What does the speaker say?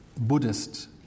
Buddhist